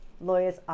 lawyers